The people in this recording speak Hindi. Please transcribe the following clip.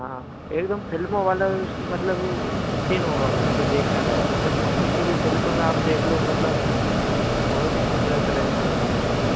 हाँ एकदम फिल्मों वाला उसमें मतलब सीन होगा वो उसके देखने लायक मतलब किसी भी फिल्म में आप देख लो तो मतलब बहुत ही सुंदर तरह से होगा फिर वो